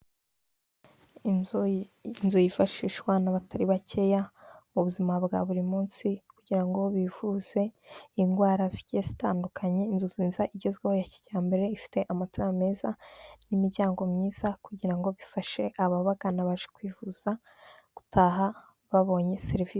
Inzu yifashishwa n'abatari bakeya mu buzima bwa buri munsi, kugira ngo bivuze indwara zigiye zitandukanye, inzu nziza igezweho ya kijyambere ifite amatara meza n'imiryango myiza, kugira ngo bifashe ababagana, baje kwivuza gutaha babonye serivisi.